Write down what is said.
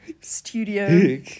studio